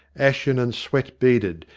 ashen and sweat-beaded,